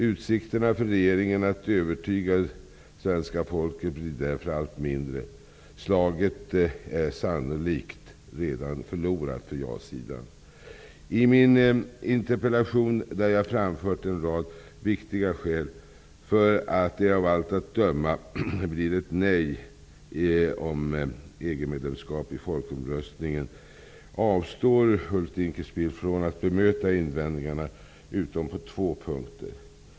Utsikterna för regeringen att övertyga svenska folket blir därför allt mindre. Slaget är sannolikt redan förlorat för ja-sidan. Jag har i min interpellation framfört en rad viktiga skäl för att det av allt att döma blir ett nej till EG-medlemskap i folkomröstningen. Ulf Dinkelspiel avstår från att bemöta invändningarna utom på två punkter.